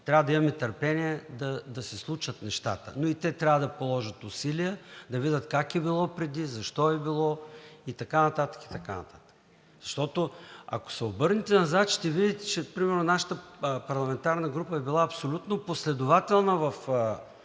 трябва да имаме търпение да се случат нещата, но и те трябва да положат усилия, да видят как е било преди, защо е било и така нататък, и така нататък. Защото, ако се обърнете назад, ще видите, че нашата парламентарна група е била абсолютно последователна в